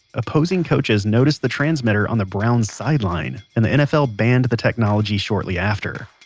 opposing coaches noticed the transmitter on the browns' sideline, and the nfl banned the technology shortly after.